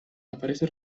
aparece